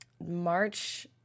March